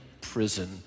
prison